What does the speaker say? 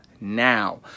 now